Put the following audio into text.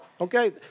Okay